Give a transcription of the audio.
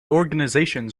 organization